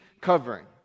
covering